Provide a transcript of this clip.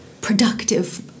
productive